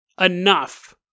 enough